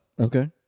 Okay